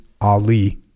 Ali